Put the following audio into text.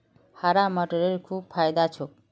हरा मटरेर खूब फायदा छोक